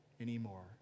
anymore